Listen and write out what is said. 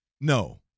No